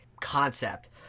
concept